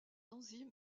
enzyme